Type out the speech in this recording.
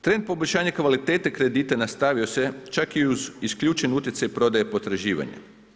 Trend poboljšanja kvalitete kredita nastavio se čak i uz isključeni utjecaj prodaje potraživanja.